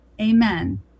amen